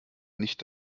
nicht